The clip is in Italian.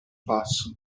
passo